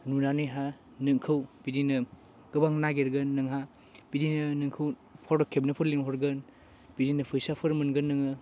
नुनानैहा नोंखौ बिदिनो गोबां नागिरगोन नोंहा बिदिनो नोंखौ फट' खेबनोफोर लेंहरगोन बेजोंनो फैसाफोर मोनगोन नोङो